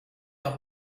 noch